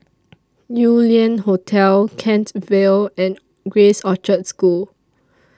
Yew Lian Hotel Kent Vale and Grace Orchard School